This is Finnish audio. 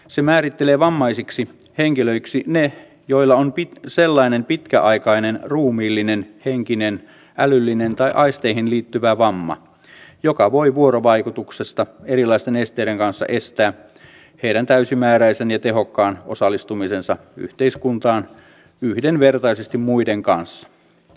se määrittelee vammaisiksi henkilöiksi ne joilla on sellainen pitkäaikainen ruumiillinen henkinen älyllinen tai aisteihin liittyvä vamma joka voi vuorovaikutuksesta erilaisten esteiden kanssa estää heidän täysimääräisen ja tehokkaan osallistumisensa yhteiskuntaan yhdenvertaisesti muiden kanssa